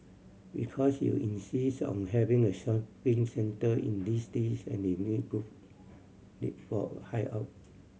because you insisted on having a shopping centre in this list and they make good make for hideout